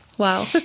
Wow